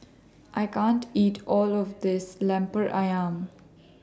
I can't eat All of This Lemper Ayam